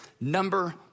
number